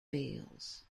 bills